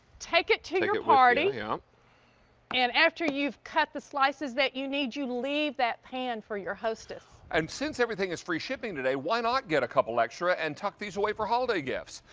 take it to your party, yeah and after you cut the slices you need, you leave that pan for your hostess. um since everything is free shipping today, why not get a couple extra and tuck these away for holiday gifts.